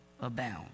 abound